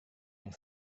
yang